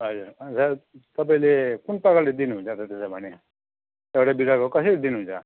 हजुर अन्त तपाईँले कुन प्रकारले दिनुहुन्छ त त्यसो भने एउटा बिरुवाको कसरी दिनुहुन्छ